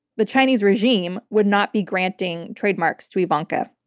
the chinese regime would not be granting trademarks to ivanka.